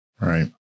Right